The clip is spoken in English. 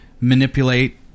manipulate